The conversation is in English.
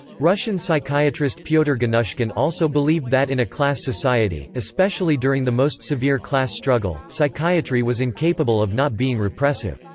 russian psychiatrist pyotr gannushkin also believed that in a class society, especially during the most severe class struggle, psychiatry was incapable of not being repressive.